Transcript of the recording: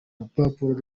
rupapuro